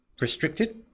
restricted